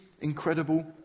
incredible